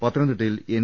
പത്തനംതിട്ടയിൽ എൻ